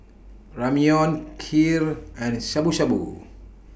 Ramyeon Kheer and Shabu Shabu